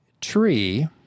tree